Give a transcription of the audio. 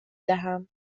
دهم